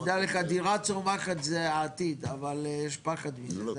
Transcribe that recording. תדע לך דירה צומחת זה העתיד, אבל יש פחד מזה,